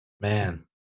Man